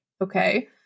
okay